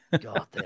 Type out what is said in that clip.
God